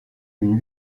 une